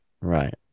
right